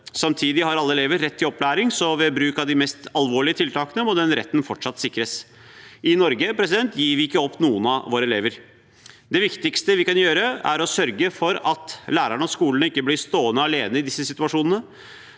Samtidig har alle elever rett til opplæring, så ved bruk av de mest alvorlige tiltakene må denne retten fortsatt sikres. I Norge gir vi ikke opp noen av våre elever. Det viktigste vi kan gjøre, er å sørge for at lærerne og skolene ikke blir stående alene i disse situasjonene.